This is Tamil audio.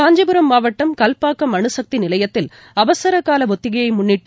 காஞ்சிபுரம் மாவட்டம் கல்பாக்கம் அனுசக்திநிலையத்தில் அவசரகாலஒத்திகையைமுன்னிட்டு